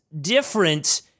different